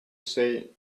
say